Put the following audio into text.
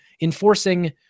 enforcing